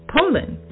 Poland